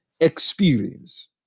experience